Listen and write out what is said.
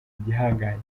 igihangange